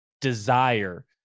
desire